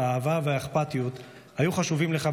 האהבה והאכפתיות היו חשובים לך,